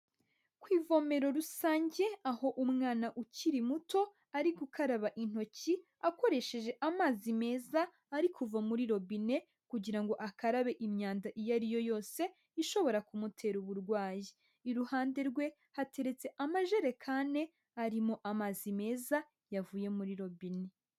Ku ivomero rusange, aho umwana ukiri muto ari gukaraba intoki akoresheje amazi meza ari kuva muri robine, kugira ngo akarabe imyanda iyo ari yo yose ishobora kumutera uburwayi. Iruhande rwe hateretse amajerekane arimo amazi meza yavuye muri robine.